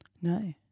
No